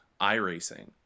iRacing